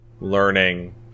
learning